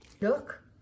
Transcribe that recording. Look